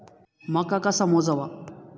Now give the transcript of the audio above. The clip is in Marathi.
मका कसा मोजावा?